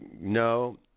no